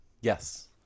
Yes